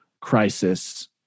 crisis